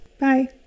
Bye